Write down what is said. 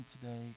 today